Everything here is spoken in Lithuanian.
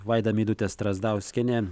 vaida meidutė strazdauskienė